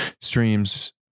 streams